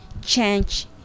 change